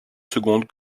seconde